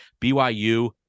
BYU